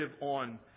on